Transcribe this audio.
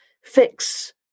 fix